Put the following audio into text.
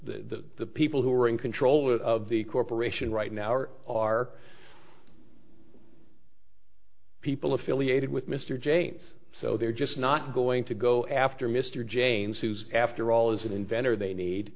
the people who are in control of the corporation right now or are people affiliated with mr james so they're just not going to go after mr janes who's after all as an inventor they need